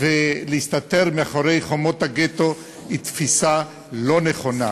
ולהסתתר מאחורי חומות הגטו היא תפיסה לא נכונה.